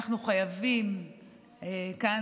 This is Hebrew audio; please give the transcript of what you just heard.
עלינו לקשור ולהדהד בקול רם כאן,